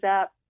up